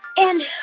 and